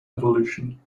evolution